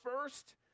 First